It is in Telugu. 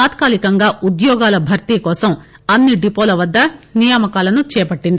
తాత్కాలికంగా ఉద్యోగాల భర్తీ కోసం డిపోల వద్ద నియామకాలను చేపట్టింది